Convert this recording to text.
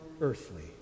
earthly